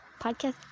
podcast